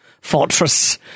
fortress